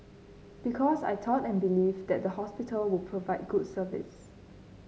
because I thought and believe that the hospital will provide good service